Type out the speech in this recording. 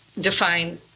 define